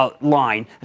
line